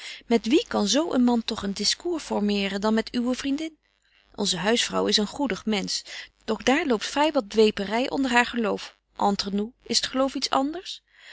met wie kan zo een man toch een discours formeeren dan met uwe vriendin onze huisvrouw is een goedig mensch doch daar loopt vry wat dweepery onder haar geloof entre nous is het geloof iets anders